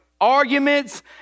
arguments